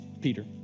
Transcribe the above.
Peter